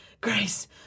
Grace